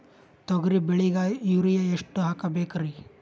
ತೊಗರಿ ಬೆಳಿಗ ಯೂರಿಯಎಷ್ಟು ಹಾಕಬೇಕರಿ?